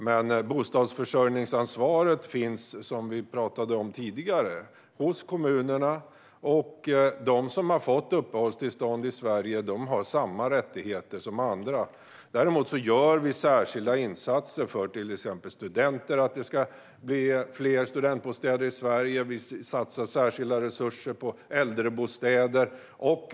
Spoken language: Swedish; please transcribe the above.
Men bostadsförsörjningsansvaret finns, som vi talade om tidigare, hos kommunerna, och de som har fått uppehållstillstånd i Sverige har samma rättigheter som andra. Vi gör dock speciella insatser för studenter så att det ska bli fler studentbostäder, och vi satsar särskilda resurser på äldrebostäder.